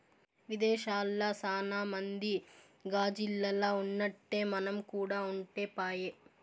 విదేశాల్ల సాన మంది గాజిల్లల్ల ఉన్నట్టే మనం కూడా ఉంటే పాయె